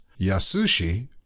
Yasushi